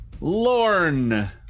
Lorne